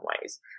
ways